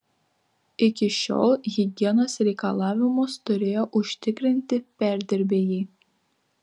iki šiol higienos reikalavimus turėjo užtikrinti perdirbėjai